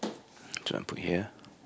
this one put here